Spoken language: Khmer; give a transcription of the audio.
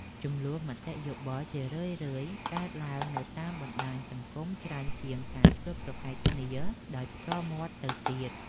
ជម្លោះមតិយោបល់ជារឿយៗកើតឡើងនៅតាមបណ្តាញសង្គមច្រើនជាងការឈ្លោះប្រកែកគ្នាដោយផ្ទាល់មាត់ទៅទៀត។